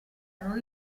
new